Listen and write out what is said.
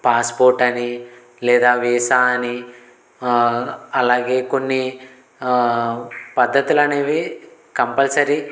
pass port అని లేదా visa అని అలాగే కొన్ని పద్ధతులనేవి కంపల్సరీ